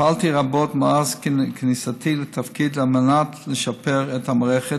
פעלתי רבות מאז כניסתי לתפקיד על מנת לשפר את המערכת,